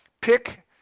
pick